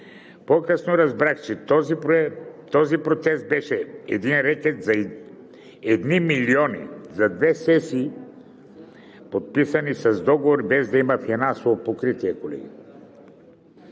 По-късно разбрах, че този протест беше един рекет за едни милиони за две сесии, подписани с договор, без да има финансово покритие, колеги.